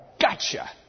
gotcha